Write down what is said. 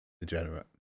degenerate